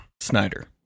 Snyder